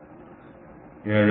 അതിനാൽ 7